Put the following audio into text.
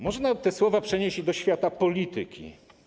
Można te słowa przenieść i do świata polityki.